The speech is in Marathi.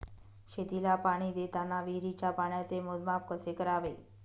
शेतीला पाणी देताना विहिरीच्या पाण्याचे मोजमाप कसे करावे?